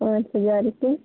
पाँच हजार रुपये